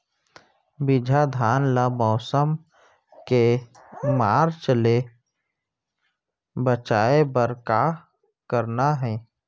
बिजहा धान ला मौसम के मार्च ले बचाए बर का करना है?